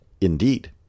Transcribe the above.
Indeed